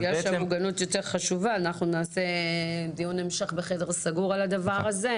בגלל שהמוגנות יותר חשובה נעשה דיון המשך בחדר סגור על הדבר הזה.